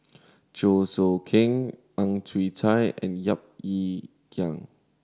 Chew Choo Keng Ang Chwee Chai and Yap Ee Chian